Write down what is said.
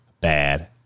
bad